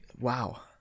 Wow